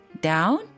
down